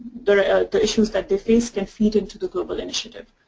the the issues that they face can fit into the global initiative.